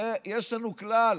הרי יש לנו כלל,